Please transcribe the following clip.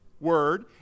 word